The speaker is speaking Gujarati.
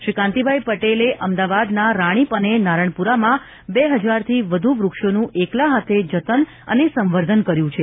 શ્રી કાંતિભાઇ પટેલે અમદાવાદના રાણીપ અને નારણપુરામાં બે હજારથી વધુ વૃક્ષોનું એકલા હાથે જતન અને સંવર્ધન કર્યું છે